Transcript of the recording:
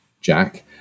Jack